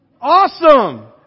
Awesome